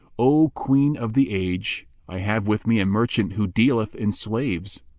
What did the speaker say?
o queen of the age, i have with me a merchant who dealeth in slaves.